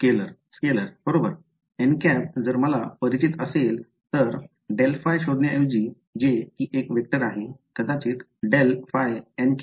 scalar बरोबर जर मला परिचित असेल तर ∇ϕ शोधण्या ऐवजी जे कि एक वेक्टर आहे कदाचित ∇ϕ